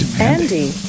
Andy